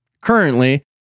currently